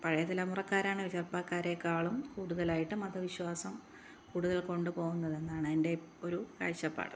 പഴയതലമുറക്കാരാണ് ചെറുപ്പക്കാരെക്കാളും കൂടുതലായിട്ടും മതവിശ്വാസം കൂടുതല് കൊണ്ടുപോകുന്നത് എന്നാണ് എന്റെ ഇപ്പോൾ ഒരു കാഴ്ചപ്പാട്